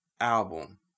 album